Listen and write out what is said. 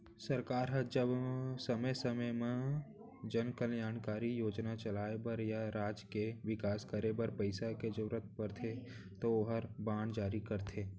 सरकार ह जब समे समे जन कल्यानकारी योजना चलाय बर या राज के बिकास करे बर पइसा के जरूरत परथे तौ ओहर बांड जारी करथे